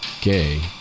gay